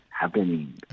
happening